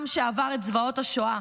עם שעבר את זוועות השואה,